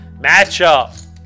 matchup